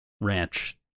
ranch